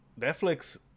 Netflix